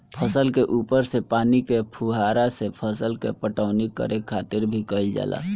फसल के ऊपर से पानी के फुहारा से फसल के पटवनी करे खातिर भी कईल जाला